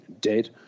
dead